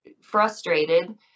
frustrated